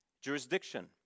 jurisdiction